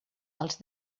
als